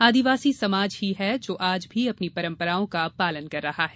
आदिवासी समाज ही है जो आज भी अपनी परम्पराओं का पालन कर रहा है